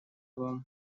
вам